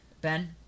Ben